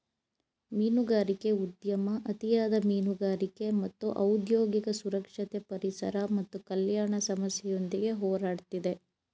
ಮೀನುಗಾರಿಕೆ ಉದ್ಯಮ ಅತಿಯಾದ ಮೀನುಗಾರಿಕೆ ಮತ್ತು ಔದ್ಯೋಗಿಕ ಸುರಕ್ಷತೆ ಪರಿಸರ ಮತ್ತು ಕಲ್ಯಾಣ ಸಮಸ್ಯೆಯೊಂದಿಗೆ ಹೋರಾಡ್ತಿದೆ